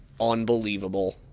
Unbelievable